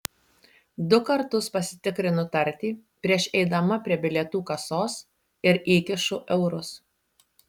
du kartus pasitikrinu tartį prieš eidama prie bilietų kasos ir įkišu eurus